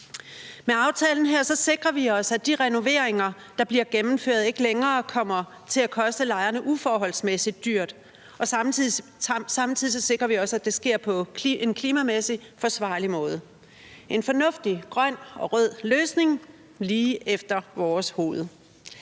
Med aftalen her sikrer vi os, at de renoveringer, der bliver gennemført, ikke længere kommer til at koste lejerne uforholdsmæssigt dyrt, og samtidig sikrer vi, at det sker på en klimamæssigt forsvarlig måde. Det er en fornuftig grøn og rød løsning lige efter vores hoved.